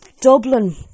Dublin